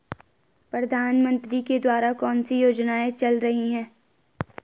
प्रधानमंत्री के द्वारा कौनसी योजनाएँ चल रही हैं?